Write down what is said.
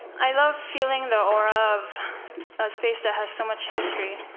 i love feeling the aura of a space that has so much history.